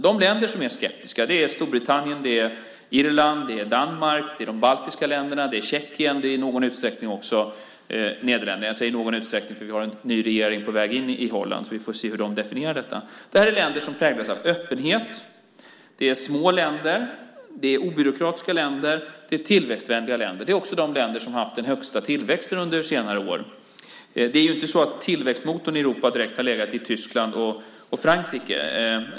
De länder som är skeptiska är Storbritannien, Irland, Danmark, de baltiska länderna, Tjeckien och i någon utsträckning Nederländerna. Jag säger "i någon utsträckning" eftersom vi har en ny regering på väg in i Holland. Vi får se hur den definierar detta. Det är länder som präglas av öppenhet. Det är små länder. Det är obyråkratiska länder. Det är tillväxtvänliga länder. Det är också de länder som har haft den högsta tillväxten under senare år. Tillväxtmotorn i Europa har inte direkt legat i Tyskland och Frankrike.